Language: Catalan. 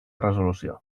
resolució